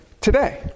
today